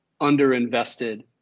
underinvested